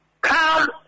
come